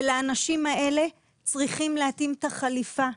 ולאנשים האלה צריכים להתאים את החליפה,